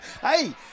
Hey